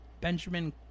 Benjamin